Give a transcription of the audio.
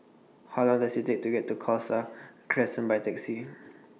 How Long Does IT Take to get to Khalsa Crescent By Taxi